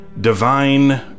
Divine